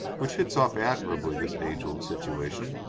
which hits off admirably this age-old situation.